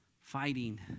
fighting